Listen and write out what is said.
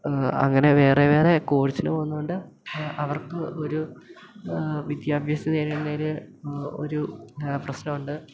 അങ്ങനെ വേറെ വേറെ കോഴ്സിനു പോകുന്നതുകൊണ്ട് അവർക്ക് ഒരു വിദ്യാഭ്യാസം നേടുന്നതിൽ ഒരു പ്രശ്നമുണ്ട്